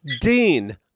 Dean